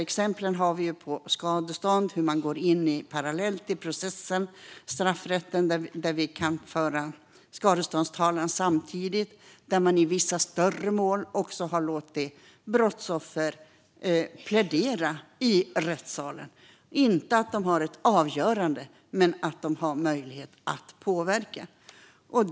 Exempel på detta är skadestånd och hur skadeståndstalan kan föras parallellt med den straffrättsliga processen. I vissa större mål har man också låtit brottsoffer plädera i rättssalen. De kan inte fälla ett avgörande men har möjlighet att påverka.